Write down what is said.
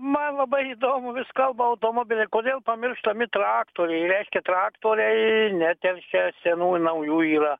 man labai įdomu vis kalba automobiliai kodėl pamirštami traktoriai leiskit traktoriai neteršia senų ir naujų yra